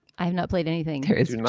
i have not played anything there is you know